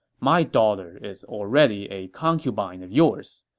my daughter is already a concubine of yours.